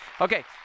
Okay